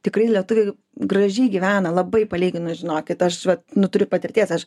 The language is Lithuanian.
tikrai lietuviai gražiai gyvena labai palyginus žinokit aš vat nu turiu patirties aš